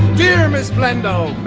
dear miss blando